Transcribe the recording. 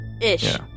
Ish